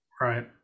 right